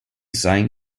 sign